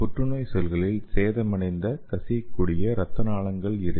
புற்றுநோய் செல்களில் சேதமடைந்த கசியக் கூடிய ரத்த நாளங்கள் இருக்கும்